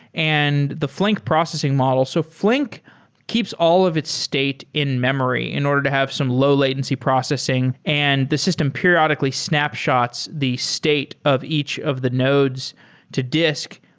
and the flink processing model. so flink keeps all of its state in-memory in order to have some low-latency processing and this system periodically snapshots the state of each of the nodes to disk.